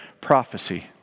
prophecy